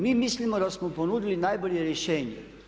Mi mislimo da smo ponudili najbolje rješenje.